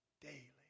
daily